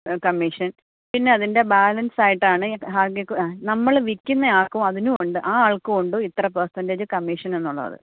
commission പിന്നെ അതിൻ്റെ ബാലൻസായിട്ടാണ് ഈ ഭാഗ്യക്കുറി ആ നമ്മള് വിൽക്കുന്ന ആൾക്കും അതിനുമുണ്ട് ആ ആൾക്കുവുണ്ട് ഇത്ര പേർസൻറ്റേജ് കമ്മീഷനെന്നുള്ളത്